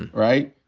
and right?